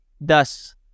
thus